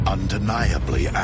Undeniably